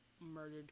murdered